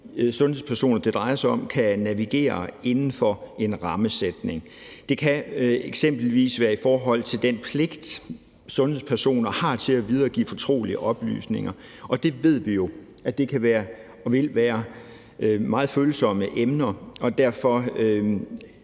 sundhedspersoner, det drejer sig om, kan navigere inden for en rammesætning. Det kan eksempelvis være i forhold til den pligt, sundhedspersoner har, til at videregive fortrolige oplysninger, og det ved vi jo kan være og vil være meget følsomme emner. Derfor